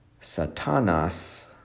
satanas